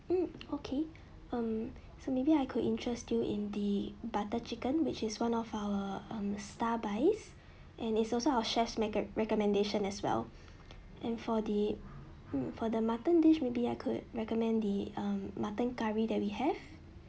hmm okay um so maybe I could interest you in the butter chicken which is one of our um star buys and it's also our chef's reco~ recommendation as well and for the hmm for the mutton dish maybe I could recommend the um mutton curry that we have